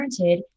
parented